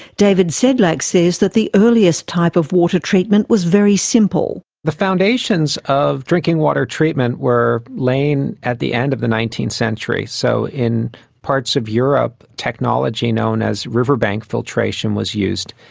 david sedlak says that the earliest type of water treatment was very simple. the foundations of drinking water treatment were lain at the end of the nineteenth century. so in parts of europe, technology known as riverbank filtration was used,